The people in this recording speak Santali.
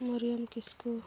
ᱢᱚᱨᱤᱭᱚᱢ ᱠᱤᱥᱠᱩ